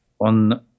on